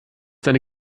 seine